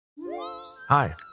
Hi